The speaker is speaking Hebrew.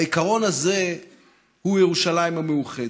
והעיקרון הזה הוא ירושלים המאוחדת.